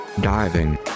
diving